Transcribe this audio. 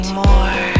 more